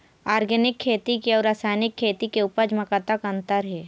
Organic खेती के अउ रासायनिक खेती के उपज म कतक अंतर हे?